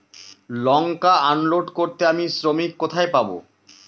লঙ্কা unload করতে আমি শ্রমিক কোথায় পাবো?